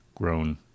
grown